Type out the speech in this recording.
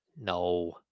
No